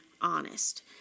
honest